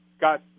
got